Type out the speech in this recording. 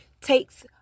takes